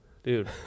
Dude